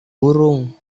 burung